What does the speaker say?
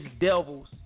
devil's